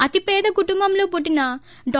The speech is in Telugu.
అతి పేద కుటుంబంలో పుట్టిన డా